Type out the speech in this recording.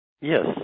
yes